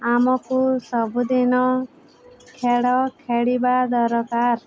ଆମକୁ ସବୁଦିନ ଖେଳ ଖେଳିବା ଦରକାର